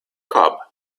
cub